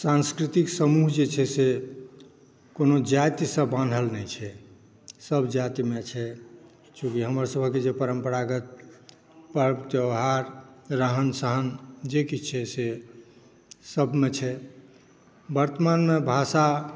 संस्कृतिक समूह जे छै से कोनो जातिसॅं बान्हल नहि छै सभ जातिमे छै चूँकि हमरसभके जे परम्परागत पर्व त्यौहार रहन सहन जे किछु से सभमे छै वर्तमानमे भाषा